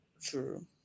true